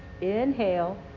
inhale